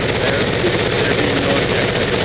there and being there being no objection.